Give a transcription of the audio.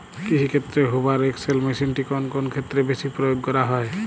কৃষিক্ষেত্রে Hoover XL মেশিনটি কোন ক্ষেত্রে বেশি প্রয়োগ করা হয়?